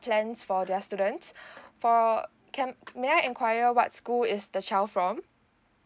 plans for their students for can may I inquire what school is the child from